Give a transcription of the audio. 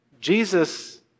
Jesus